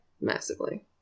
Massively